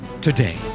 today